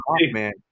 man